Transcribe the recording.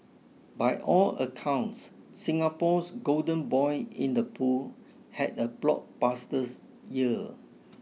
by all accounts Singapore's golden boy in the pool had a blockbuster year